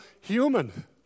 human